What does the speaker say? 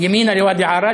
ימינה לוואדי-עארה,